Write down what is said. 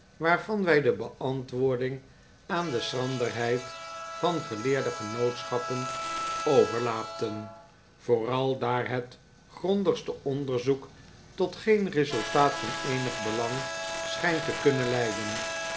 waarvan wij de beantwoording aan de schranderheid van geleerde genootschappen overlaten vooral daar het grondigste onderzoek tot geen resultaat van eenig belang schijnt te kunnen leiden